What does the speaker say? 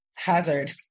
hazard